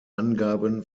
angaben